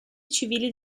civili